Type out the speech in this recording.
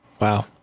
wow